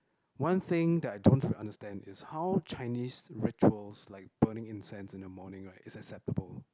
one thing that I don't understand is how Chinese rituals like burning incense in the morning right is acceptable